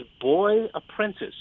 boy-apprentice